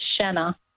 Shanna